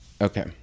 Okay